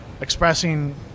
expressing